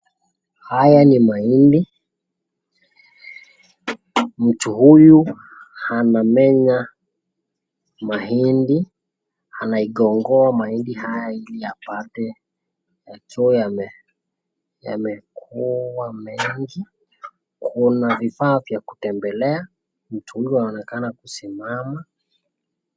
Haya ni mahindi, mtu huyu anamenya mahindi anaikongoa mahindi haya ili apate yakiwa yamekuwa mengi, kuna vifaa vya kutembelea mtu huyo anaonekana kusimama ...